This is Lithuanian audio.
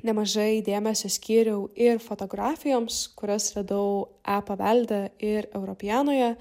nemažai dėmesio skyriau ir fotografijoms kurias radau e pavelde ir europeanoje